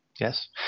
Yes